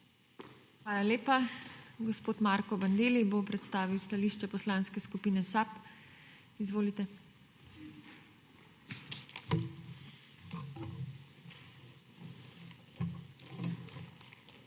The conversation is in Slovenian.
Hvala lepa. Gospod Marko Bandelli bo predstavil stališče Poslanske skupine SAB. Izvolite. **MARKO